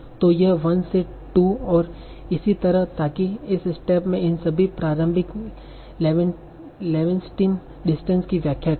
तो यह 1 2 और इसी तरह ताकि इस स्टेप में इन सभी प्रारंभिक लेवेन्सटीन डिस्टेंस की व्याख्या करें